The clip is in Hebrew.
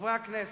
חברי הכנסת,